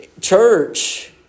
Church